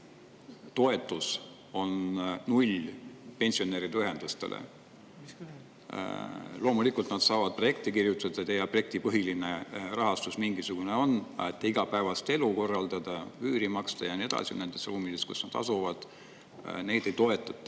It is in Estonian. toetus on null pensionäride ühendustele. Loomulikult nad saavad projekti kirjutada, teil objektipõhine rahastus mingisugune on, aga igapäevast elu korraldada, üüri maksta ja nii edasi nendes ruumides, kus nad asuvad, neid ei toetata.